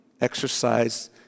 Exercise